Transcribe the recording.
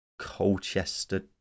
Colchester